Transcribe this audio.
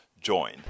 join